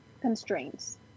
constraints